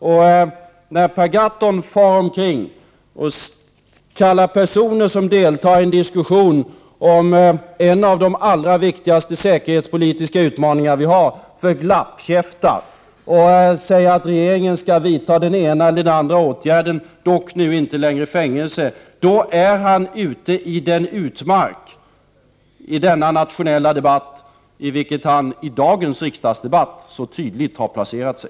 Och när Per Gahrton far omkring och kallar personer som deltar i en diskussion om en av de allra viktigaste säkerhetspolitiska utmaningarna för glappkäftar och säger att regeringen skall vidta den ena eller den andra åtgärden — dock nu inte längre fängelse — är han i denna nationella debatt ute i den utmark i vilken han i dagens riksdagsdebatt så tydligt har placerat sig.